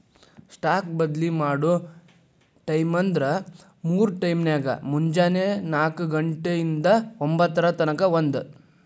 stock ಬದ್ಲಿ ಮಾಡೊ ಟೈಮ್ವ್ಂದ್ರ ಮೂರ್ ಟೈಮ್ನ್ಯಾಗ, ಮುಂಜೆನೆ ನಾಕ ಘಂಟೆ ಇಂದಾ ಒಂಭತ್ತರ ತನಕಾ ಒಂದ್